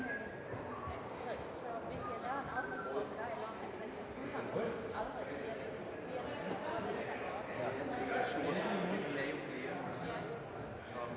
Tak